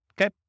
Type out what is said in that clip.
okay